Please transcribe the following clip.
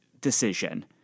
decision